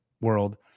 world